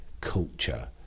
culture